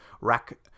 rack